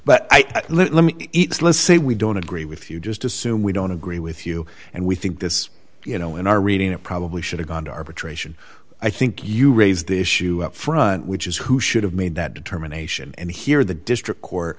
but let me say we don't agree with you just assume we don't agree with you and we think this you know in our reading it probably should have gone to arbitration i think you raised the issue up front which is who should have made that determination and here the district co